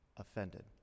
offended